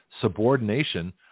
subordination